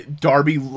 Darby